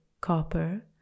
copper